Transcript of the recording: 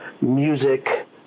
music